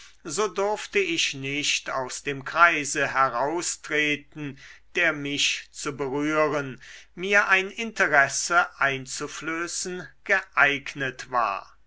so durfte ich nicht aus dem kreise heraustreten der mich zu berühren mir ein interesse einzuflößen geeignet war